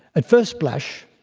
at first blush,